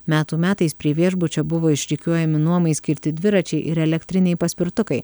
metų metais prie viešbučio buvo išrikiuojami nuomai skirti dviračiai ir elektriniai paspirtukai